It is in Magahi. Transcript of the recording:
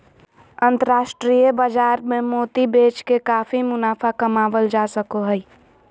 अन्तराष्ट्रिय बाजार मे मोती बेच के काफी मुनाफा कमावल जा सको हय